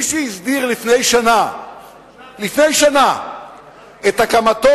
מי שהסדיר לפני שנה את הקמת